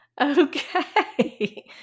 Okay